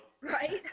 right